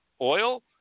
oil